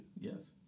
Yes